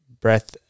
breath